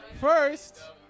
first